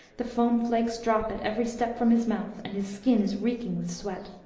the foam flakes drop at every step from his mouth, and his skin is reeking with sweat.